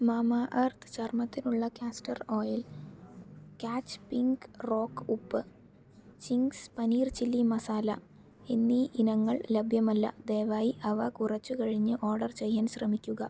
മാമഎർത്ത് ചർമ്മത്തിനുള്ള castor oil Catch pink rock ഉപ്പ് Ching's paneer chilli masala എന്നീ ഇനങ്ങൾ ലഭ്യമല്ല ദയവായി അവ കുറച്ചു കഴിഞ്ഞു ഓർഡർ ചെയ്യാൻ ശ്രമിക്കുക